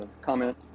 comment